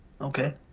Okay